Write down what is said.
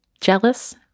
jealous